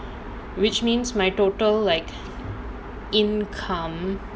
which means my total like